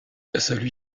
celui